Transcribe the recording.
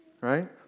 right